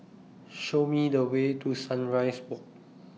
Show Me The Way to Sunrise Walk